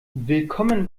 willkommen